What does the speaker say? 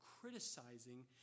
criticizing